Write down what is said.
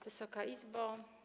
Wysoka Izbo!